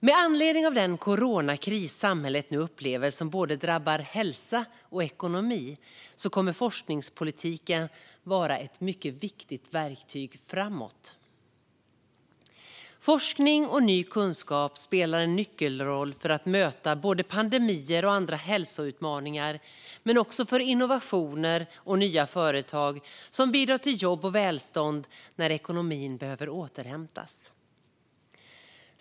Med anledning av den coronakris som samhället nu upplever, och som drabbar både hälsa och ekonomi, kommer forskningspolitiken att vara ett mycket viktigt verktyg framåt. Forskning och ny kunskap spelar en nyckelroll både för att möta pandemier och andra hälsoutmaningar och för innovationer och nya företag som bidrar till jobb och välstånd när ekonomin behöver återhämta sig.